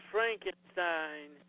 Frankenstein